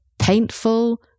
Painful